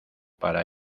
para